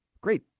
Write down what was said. Great